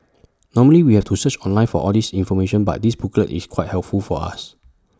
normally we have to search online for all this information but this booklet is quite helpful for us